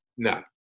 No